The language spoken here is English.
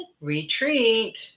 retreat